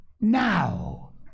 Now